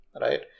right